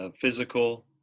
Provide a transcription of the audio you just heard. physical